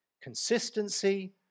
consistency